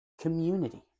community